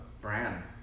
brand